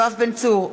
נגד יואב בן צור,